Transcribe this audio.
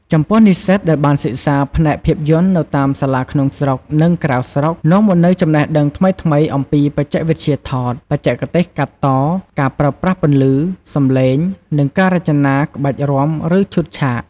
ចំពោះ និស្សិតដែលបានសិក្សាផ្នែកភាពយន្តនៅតាមសាលាក្នុងស្រុក និងក្រៅស្រុក នាំមកនូវចំណេះដឹងថ្មីៗអំពីបច្ចេកវិទ្យាថត បច្ចេកទេសកាត់ត ការប្រើប្រាស់ពន្លឺ សំឡេង និងការរចនាក្បាច់រាំ ឬឈុតឆាក។